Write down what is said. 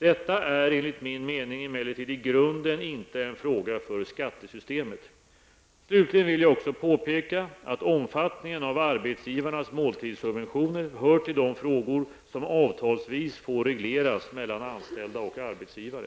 Detta är enligt min mening emellertid i grunden inte en fråga för skattesystemet. Slutligen vill jag också påpeka att omfattningen av arbetsgivarnas måltidssubventioner hör till de frågor som avtalsvis får regleras mellan anställda och arbetsgivare.